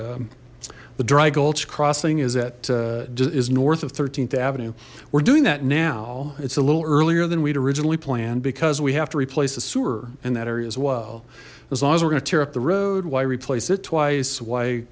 gulch crossing is that is north of th avenue we're doing that now it's a little earlier than we'd originally planned because we have to replace the sewer in that area as well as long as we're gonna tear up the road why replace it twice why